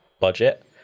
budget